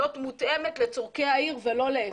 מותאמת לצרכי העיר ולא להיפך.